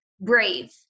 brave